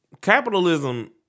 Capitalism